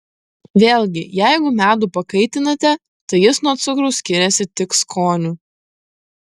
vėlgi jeigu medų pakaitinate tai jis nuo cukraus skiriasi tik skoniu